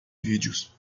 vídeos